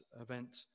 event